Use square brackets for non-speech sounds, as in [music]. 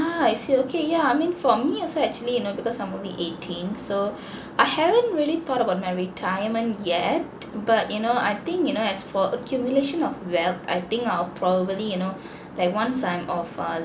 ah I see okay yeah I mean for me also actually you know because I'm only eighteen so [breath] I haven't really thought about my retirement yet but you know I think you know as for accumulation of wealth I think I'll probably you know [breath] like once I'm of a